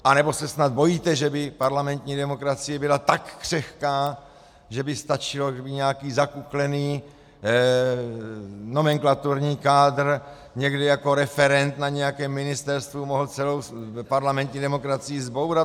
Anebo se snad bojíte, že by parlamentní demokracie byla tak křehká, že by stačilo, kdyby nějaký zakuklený nomenklaturní kádr někde jako referent na nějakém ministerstvu mohl celou parlamentní demokracii zbourat?